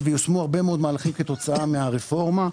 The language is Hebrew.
ויושמו הרבה מאוד מהלכים כתוצאה מהרפורמה,